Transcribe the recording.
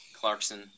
Clarkson